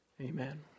Amen